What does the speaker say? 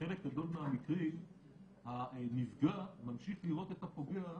בחלק גדול מהמקרים הנפגע ממשיך לראות את הפוגע,